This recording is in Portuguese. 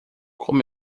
como